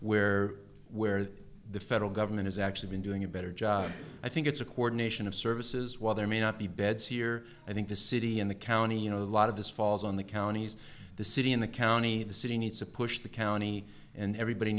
where where the federal government has actually been doing a better job i think it's a coordination of services while there may not be beds here i think the city and the county you know a lot of this falls on the counties the city in the county the city needs to push the county and everybody